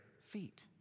feet